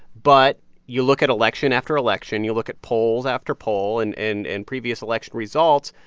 but you look at election after election. you look at polls after poll and and and previous election results.